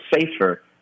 safer